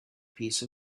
piece